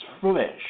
flesh